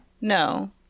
No